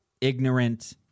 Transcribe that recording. ignorant